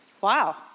Wow